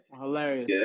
Hilarious